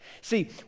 See